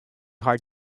hard